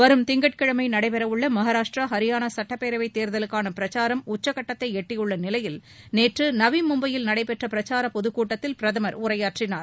வரும் திங்கட்கிழமை நடைபெறவுள்ள மகாராஷ்ட்டிரா ஹரியானா சட்டப்பேரவை தேர்தலுக்கான பிரச்சாரம் உச்சகட்டத்தை எட்டியுள்ள நிலையில் நேற்று நவி மும்பையில் நடைபெற்ற பிரச்சாரப் பொதுக் கூட்டத்தில் பிரதமர் உரையாற்றினார்